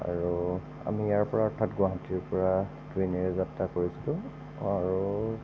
আৰু আমি ইয়াৰ পৰা অৰ্থাৎ গুৱাহাটীৰ পৰা ট্ৰেইনেৰে যাত্ৰা কৰিছিলোঁ আৰু